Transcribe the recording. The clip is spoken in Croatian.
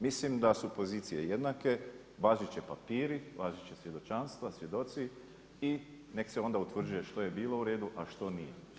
Mislim da su pozicije jednake, važeći papiri, važeća svjedočanstva, svjedoci i nek se onda utvrđuje što je bilo uredu, a što nije.